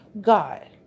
god